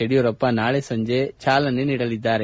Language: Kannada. ಯಡಿಯೂರಪ್ಪ ನಾಳೆ ಸಂಜೆ ಚಾಲನೆ ನೀಡಲಿದ್ದಾರೆ